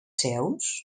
seus